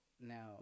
now